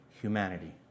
humanity